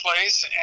place